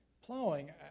Plowing